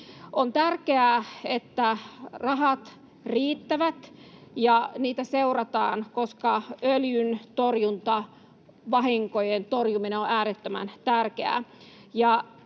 On tärkeää, että rahat riittävät ja niitä seurataan, koska öljyvahinkojen torjuminen on äärettömän tärkeää.